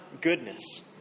goodness